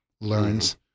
learns